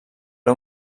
era